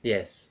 yes